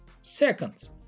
Second